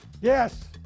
Yes